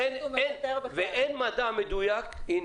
אין מדע מדויק וגם